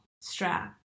strap